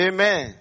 Amen